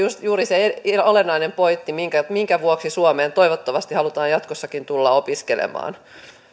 juuri se olennainen pointti minkä minkä vuoksi suomeen toivottavasti halutaan jatkossakin tulla opiskelemaan